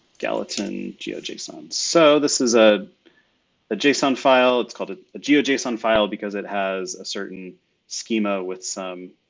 gallatin geojson. so this is ah a json file. it's called ah a geojson file because it has a certain schema with some,